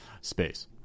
space